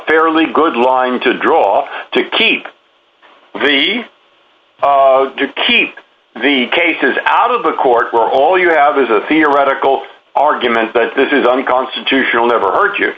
fairly good line to draw to keep the keep the cases out of the court where all you have is a theoretical argument but this is unconstitutional never hurt you